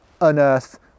unearth